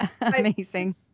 Amazing